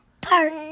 Park